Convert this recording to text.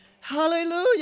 Hallelujah